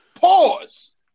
pause